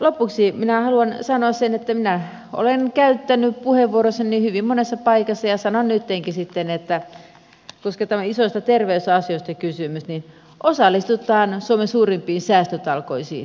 lopuksi minä haluan sanoa sen että minä olen käyttänyt tästä puheenvuoron hyvin monessa paikassa ja sanon nyttenkin sitten että koska tässä on isoista terveysasioista kysymys niin osallistutaan suomen suurimpiin säästötalkoisiin